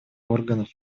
органов